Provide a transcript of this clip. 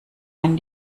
wenn